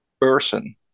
person